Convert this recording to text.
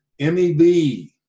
MEB